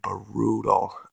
brutal